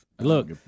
Look